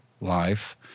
life